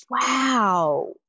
wow